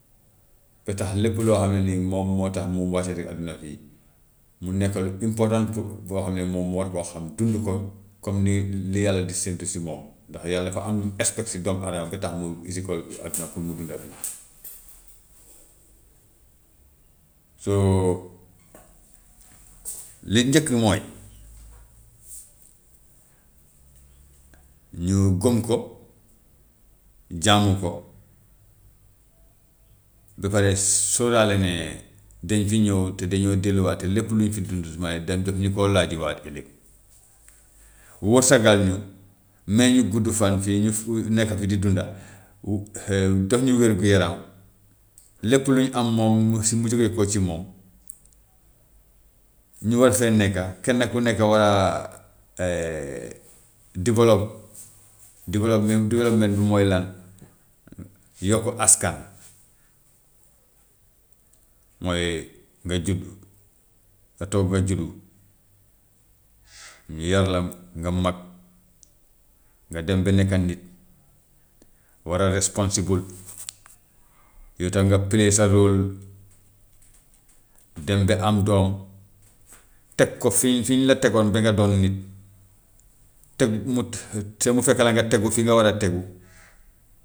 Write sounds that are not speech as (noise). Ba tax lépp loo xam ne ni moom moo tax mu wàcce ko adduna fii mu nekk lu important pour boo xam ne moom mu war koo xam dund ko comme ni li yàlla di séntu si moom, ndax yàlla dafa am lu mu espère si doomu adama ba tax mu indi ko si adduna pour mu dunda fii. (noise) So (noise) li njëkk mooy ñu gëm ko, jaamu ko, ba pare sóoraale ne dañ fi ñëw te dañoo delluwaat te lépp lu ñu fi dund sumay dem def ñu koo laajiwaat ëllëg, wërsagal ñu, may ñu gudd fan fii ñu nekk fi di dunda, we- (hesitation) jox ñu wér-gu-yaram, lépp luy am moom mu si mu jugee koo ci moom, ñu war fee nekka kenn ku nekk war a (hesitation) develop, (noise) development development mooy lan yokk askan, mooy nga juddu nga toog nga juddu (noise) ñu yar la nga mag, nga dem ba nekka nit war a reponsible yow tam nga play sa rôle (noise) dem ba am doom teg ko fi fi ñu la tegoon ba nga doon nit, te mu te mu fekk la nga tegu fi nga war a tegu. (noise)